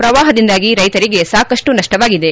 ಪ್ರವಾಹದಿಂದಾಗಿ ರೈತರಿಗೆ ಸಾಕಷ್ಟು ನಷ್ಟವಾಗಿದೆ